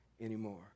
anymore